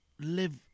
live